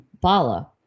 Bala